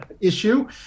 issue